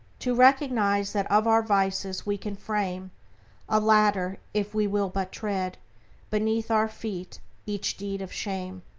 to recognize that of our vices we can frame a ladder if we will but tread beneath our feet each deed of shame,